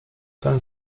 ten